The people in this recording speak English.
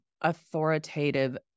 authoritative